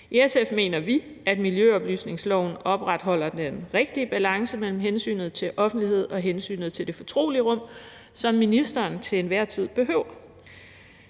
I SF mener vi, at miljøoplysningsloven opretholder den rigtige balance mellem hensynet til offentlighed og hensynet til det fortrolige rum, som ministeren til enhver tid behøver.